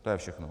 To je všechno.